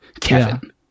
kevin